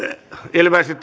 ilmeisesti